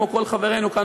כמו כל חברינו כאן,